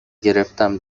گرفتم